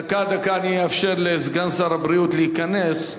דקה, רק אאפשר לסגן שר הבריאות להיכנס.